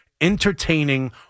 entertaining